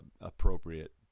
appropriate